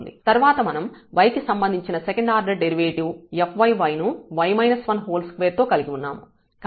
తర్వాత మనం y కి సంబంధించిన సెకండ్ ఆర్డర్ డెరివేటివ్ fyy ను 2 తో కలిగి ఉన్నాము